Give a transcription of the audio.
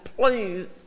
please